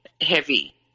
heavy